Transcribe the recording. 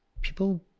people